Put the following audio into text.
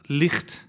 licht